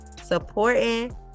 Supporting